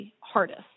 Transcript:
hardest